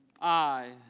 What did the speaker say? i.